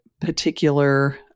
particular